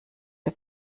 der